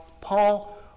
Paul